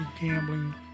gambling